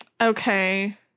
Okay